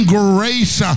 grace